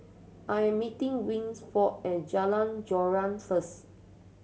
I am meeting Winford at Jalan Joran first